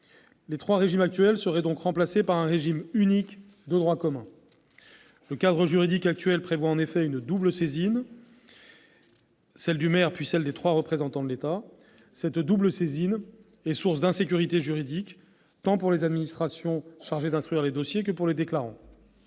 les trois régimes actuels seraient remplacés par un régime unique de droit commun. Le cadre juridique actuel prévoit en effet une double saisine, celle du maire, puis celle des trois représentants de l'État. Cette double saisine est source d'insécurité juridique, tant pour les administrations chargées d'instruire les dossiers que pour les déclarants.